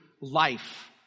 life